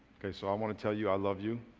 okay so i want to tell you i love you.